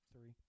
Three